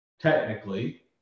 technically